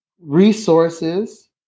resources